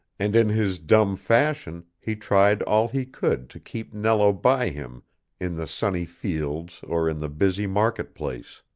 and in his dumb fashion he tried all he could to keep nello by him in the sunny fields or in the busy market-place.